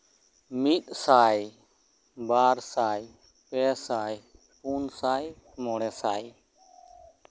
ᱢᱤᱫ ᱥᱟᱭ ᱵᱟᱨᱥᱟᱭ ᱯᱮ ᱥᱟᱭ ᱯᱩᱱᱥᱟᱭ ᱢᱚᱲᱮ ᱥᱟᱭ